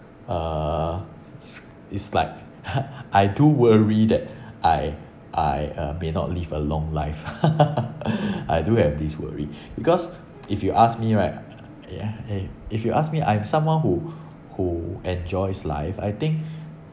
uh it's it's like I do worry that I I uh may not live a long life I do have this worry because if you ask me right ya eh if you ask me I'm someone who who enjoys life I think